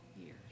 years